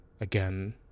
again